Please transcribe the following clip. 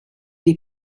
est